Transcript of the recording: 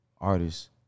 artists